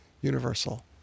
universal